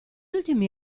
ultimi